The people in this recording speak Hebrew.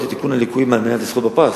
לתיקון הליקויים על מנת לזכות בפרס.